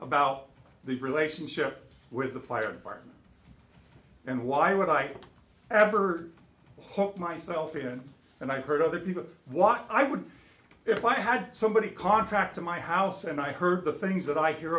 about the relationship with the fire department and why would i ever hope myself and i've heard other people what i would if i had somebody contract to my house and i heard the things that i hear